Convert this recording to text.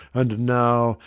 and now,